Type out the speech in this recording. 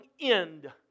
end